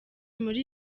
muri